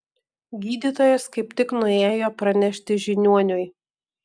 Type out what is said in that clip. gydytojas kaip tik nuėjo pranešti žiniuoniui